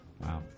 Wow